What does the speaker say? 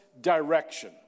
direction